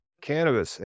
cannabis